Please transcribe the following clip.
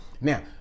Now